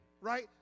right